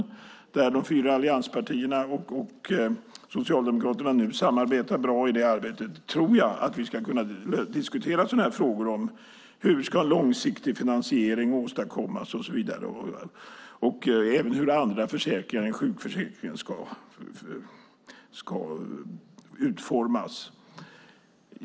Där samarbetar de fyra allianspartierna och Socialdemokraterna bra. Jag tror att vi ska kunna diskutera sådana frågor som hur en långsiktig finansiering ska åstadkommas och även hur andra försäkringar än sjukförsäkringen ska utformas.